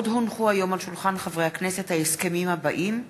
עוד הונחו היום על שולחן חברי הכנסת ההסכמים הבאים: